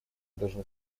должны